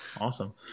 Awesome